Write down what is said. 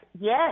yes